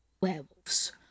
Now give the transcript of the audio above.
werewolves